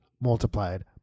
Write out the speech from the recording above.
multiplied